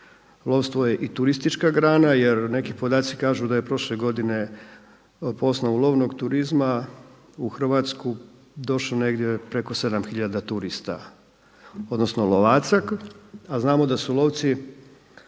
lovstvo je i turistička grana jer neki podaci kažu da je prošle godine po osnovu lovnog turizma u Hrvatsku došlo negdje preko sedam tisuća turista odnosno lovaca, a znamo da su lovci